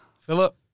Philip